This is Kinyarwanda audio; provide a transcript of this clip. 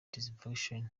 dysfunction